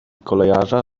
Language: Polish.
kolejarza